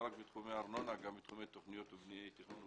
לא רק בתחומי הארנונה אלא גם בתחומי תכנון ובנייה,